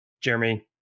Jeremy